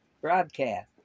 broadcast